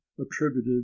attributed